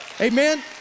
Amen